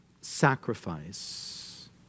sacrifice